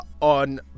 on